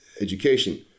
education